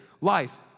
life